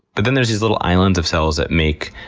but then there's these little islands of cells that make